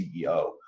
CEO